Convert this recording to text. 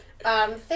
Thank